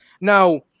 now